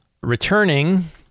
Returning